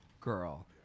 girl